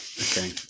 Okay